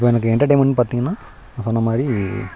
இப்போ எனக்கு என்டர்டைன்மென்ட் பார்த்திங்கனா நான் சொன்ன மாதிரி